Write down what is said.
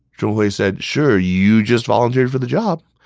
zhong hui said sure, you just volunteered for the job.